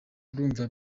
urumva